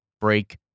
break